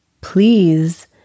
Please